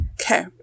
Okay